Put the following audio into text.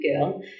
girl